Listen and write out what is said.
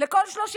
לכל 30